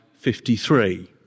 53